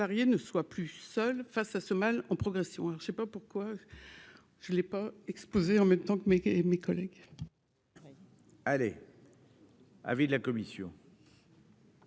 ne soient plus seul face à ce mal en progression, alors je ne sais pas pourquoi je ne l'ai pas explosé en même temps que mes, mes collègues. Oui. Allez, avis de la commission.